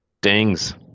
Dings